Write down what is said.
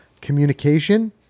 communication